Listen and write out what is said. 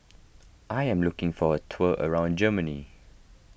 I am looking for a tour around Germany